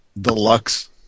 deluxe